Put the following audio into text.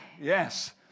yes